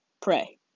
pray